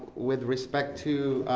with respect to